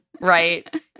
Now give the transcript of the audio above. right